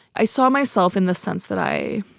i saw myself in the sense that i